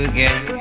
Again